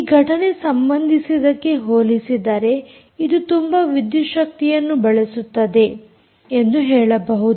ಈ ಘಟನೆ ಸಂಬಂಧಿಸಿದಕ್ಕೆ ಹೊಲಿಸಿದರೆ ಇದು ತುಂಬಾ ವಿದ್ಯುತ್ ಶಕ್ತಿಯನ್ನು ಬಳಸುತ್ತದೆ ಎಂದು ಹೇಳಬಹುದು